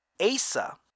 Asa